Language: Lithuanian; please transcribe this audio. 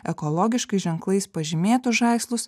ekologiškais ženklais pažymėtus žaislus